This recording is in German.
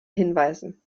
hinweisen